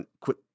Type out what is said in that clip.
quit